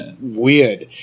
weird